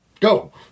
Go